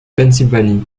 pennsylvanie